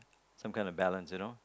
some kind of balance you know